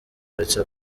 uretse